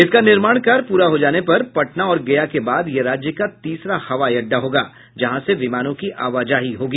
इसका निर्माण कार्य पूरा हो जाने पर पटना और गया के बाद यह राज्य का तीसरा हवाई अड्डा होगा जहां से विमानों की आवाजाही होगी